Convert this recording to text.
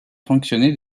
fonctionner